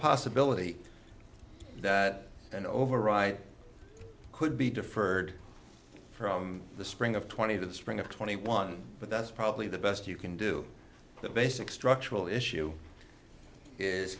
possibility that an override could be deferred from the spring of twenty the spring of twenty one but that's probably the best you can do the basic structural issue is